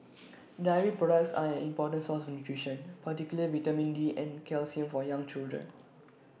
dairy products an important source of nutrition particular vitamin D and calcium for young children